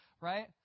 Right